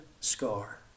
scar